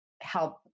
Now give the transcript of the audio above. help